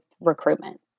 recruitment